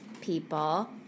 people